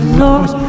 lost